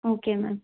okay ma'am